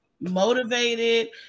motivated